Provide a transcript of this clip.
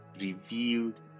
revealed